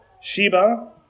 Sheba